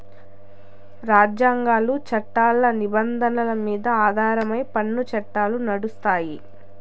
రాజ్యాంగాలు, చట్టాల నిబంధనల మీద ఆధారమై పన్ను చట్టాలు నడుస్తాయి